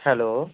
hello